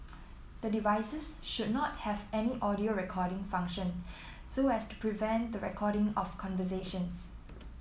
the devices should not have any audio recording function so as to prevent the recording of conversations